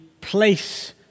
place